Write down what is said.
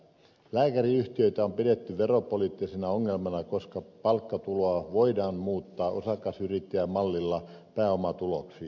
lääkäriyhtiöitä on pidetty veropoliittisena ongelmana koska palkkatuloa voidaan muuttaa osakasyrittäjämallilla pääomatuloksi